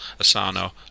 Asano